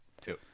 Two